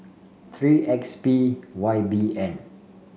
three X P Y B N